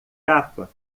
capa